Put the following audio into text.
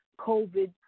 COVID